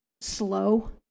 slow